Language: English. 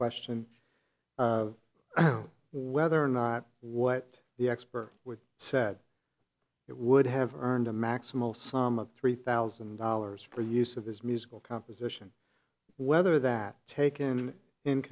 question whether or not what the expert with said it would have earned a maximal sum of three thousand dollars for use of his musical composition whether that taken in